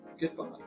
Goodbye